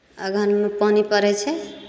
अगहनमे पानि परै छै